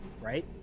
right